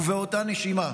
ובאותה נשימה,